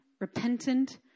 repentant